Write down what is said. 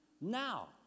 Now